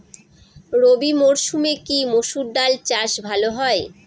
রবি মরসুমে কি মসুর ডাল চাষ ভালো হয়?